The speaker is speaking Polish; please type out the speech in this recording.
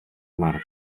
marta